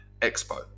expo